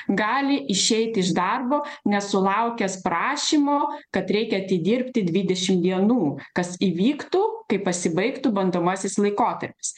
gali išeit iš darbo nesulaukęs prašymo kad reikia atidirbti dvidešimt dienų kas įvyktų kaip pasibaigtų bandomasis laikotarpis